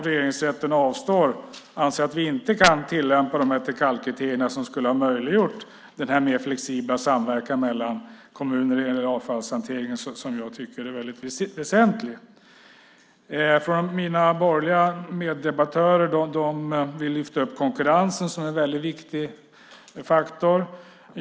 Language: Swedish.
Regeringsrätten avslår och anser att vi inte kan tillämpa de här Teckalkriterierna som skulle ha möjliggjort den här mer flexibla samverkan mellan kommuner när det gäller avfallshanteringen som jag tycker är väldigt väsentlig. Mina borgerliga meddebattörer lyfter upp konkurrens som en väldigt viktig faktor.